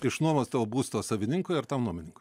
išnuomosto būsto savininkui ar tam nuomininkui